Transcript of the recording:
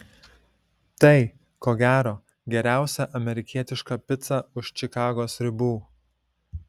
tai ko gero geriausia amerikietiška pica už čikagos ribų